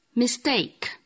mistake